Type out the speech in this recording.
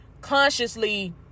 consciously